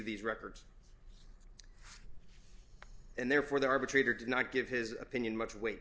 these records and therefore the arbitrator did not give his opinion much weight